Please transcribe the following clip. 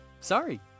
sorry